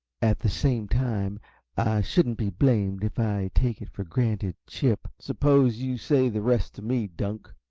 at the same time i shouldn't be blamed if i take it for granted chip suppose you say the rest to me, dunk,